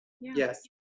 Yes